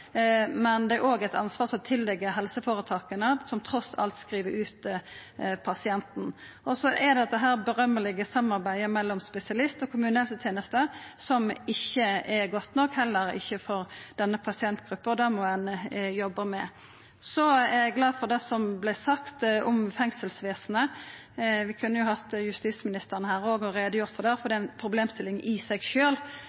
men det er òg eit ansvar som ligg til helseføretaka, som trass alt skriv ut pasienten. Dette gjeld òg det vidgjetne samarbeidet mellom spesialist og kommunehelseteneste, som ikkje er godt nok, heller ikkje for denne pasientgruppa. Det må ein jobba med. Eg er glad for det som vart sagt om fengselsvesenet. Vi kunne jo hatt justisministeren her òg for å greia ut om det, for